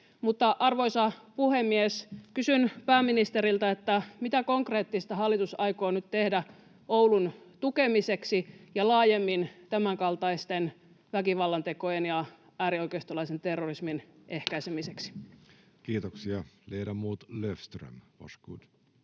Arvoisa puhemies! Kysyn pääministeriltä: mitä konkreettista hallitus aikoo nyt tehdä Oulun tukemiseksi ja laajemmin tämänkaltaisten väkivallantekojen ja äärioikeistolaisen terrorismin ehkäisemiseksi? Kiitoksia. — Ledamot Löfström, varsågod.